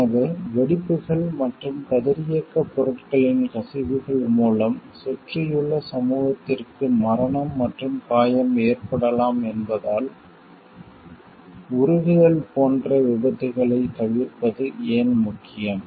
எனவே வெடிப்புகள் மற்றும் கதிரியக்கப் பொருட்களின் கசிவுகள் மூலம் சுற்றியுள்ள சமூகத்திற்கு மரணம் மற்றும் காயம் ஏற்படலாம் என்பதால் உருகுதல் போன்ற விபத்துகளைத் தவிர்ப்பது ஏன் முக்கியம்